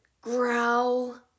Growl